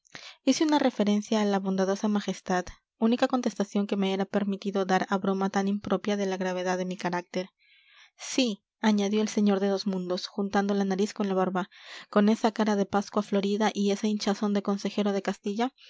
hice una reverencia a la bondadosa majestad única contestación que me era permitido dar a broma tan impropia de la gravedad de mi carácter sí añadió el señor de dos mundos juntando la nariz con la barba con esa cara de pascua florida y esa hinchazón de consejero de castilla